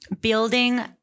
building